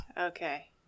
Okay